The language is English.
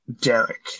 Derek